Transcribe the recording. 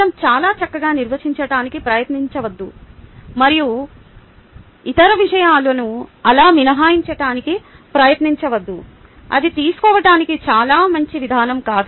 మనం చాలా చక్కగా నిర్వచించటానికి ప్రయత్నించవద్దు మరియు ఇతర విషయాలను అలా మినహాయించటానికి ప్రయత్నించవద్దు అది తీసుకోవటానికి చాలా మంచి విధానం కాదు